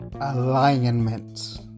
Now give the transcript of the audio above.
alignment